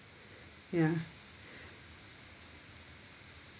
ya